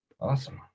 Awesome